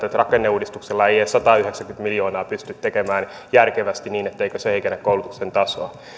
että rakenneuudistuksella ei edes sataayhdeksääkymmentä miljoonaa pysty tekemään järkevästi niin etteikö se heikennä koulutuksen tasoa